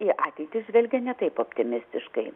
į ateitį žvelgia ne taip optimistiškai